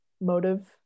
motive